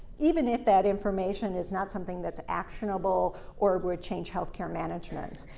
even if that information is not something that is actionable or would change healthcare management.